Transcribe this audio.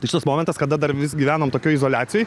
tai šitas momentas kada dar gyvenom tokioj izoliacijoj